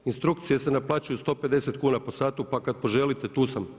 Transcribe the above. Instrukcije se naplaćuju 150 kn po satu, pa kad poželite tu sam.